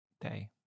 day